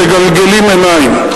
מגלגלים עיניים.